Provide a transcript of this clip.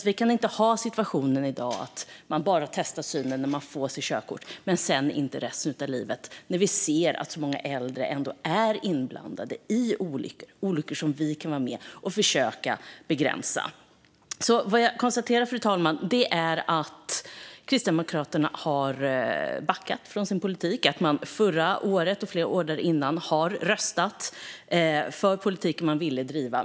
Vi kan inte ha en situation i dag att synen testas bara när människor ska ta sitt körkort första gången men inte senare i livet när vi ser att så många äldre ändå är inblandade i olyckor som vi kan vara med och försöka begränsa. Fru talman! Jag konstaterar att Kristdemokraterna har backat från sin politik. De har förra året och flera år innan dess röstat för en politik som de ville driva.